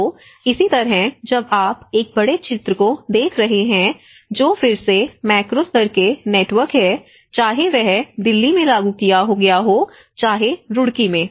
तो इसी तरह जब आप एक बड़े चित्र को देख रहे हैं जो फिर से मैक्रो स्तर के नेटवर्क है चाहे वह दिल्ली में लागू किया गया हो चाहे रुड़की में